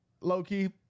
low-key